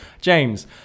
James